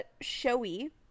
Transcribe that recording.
Showy